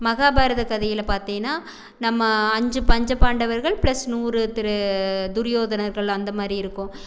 மகாபாரத கதைகளை பார்த்திங்ன்னா நம்ம அஞ்சு பஞ்ச பாண்டவர்கள் ப்ளஸ் நூறு திரு துரியோதனர்கள் அந்தமாதிரி இருக்கும்